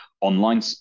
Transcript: online